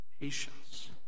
Patience